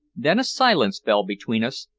then a silence fell between us,